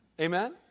Amen